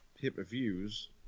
pay-per-views